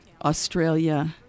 Australia